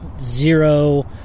zero